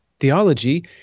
Theology